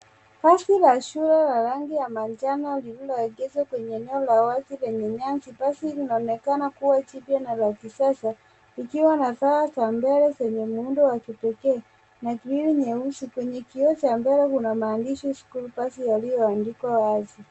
Basi la shule la rangi ya manjano lililoegeshwa kwenye eneo la wazi lenye nyasi. Basi linaonekana kuwa jipya na la kisasa likiwa na taa za mbele zenye muundo wa kipekee na kioo nyeusi. Kwenye kioo cha mbele kuna maandishi shool bus yaliyoandikwa wazi.